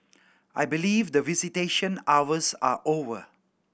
I believe the visitation hours are over